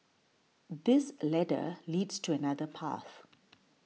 this ladder leads to another path